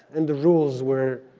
and the rules were